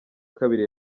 kabiri